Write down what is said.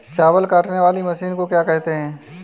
चावल काटने वाली मशीन को क्या कहते हैं?